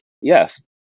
Yes